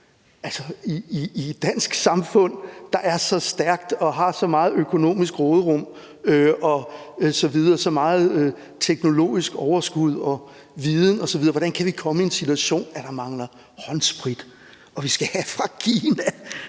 at vi i et dansk samfund, der er så stærkt og har så meget økonomisk råderum, så meget teknologisk overskud og viden osv., kan komme i en situation, hvor vi mangler håndsprit og skal have det fra Kina.